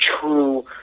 true